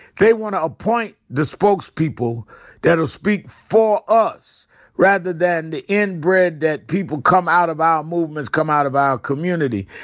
they wanna appoint the spokespeople that'll speak for us rather than the inbred that people come out of our movements come out of our community.